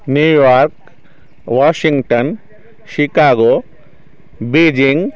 New York Washington Chicago Beijing